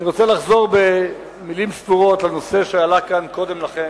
אני רוצה לחזור במלים ספורות לנושא שעלה כאן קודם לכן,